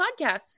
podcasts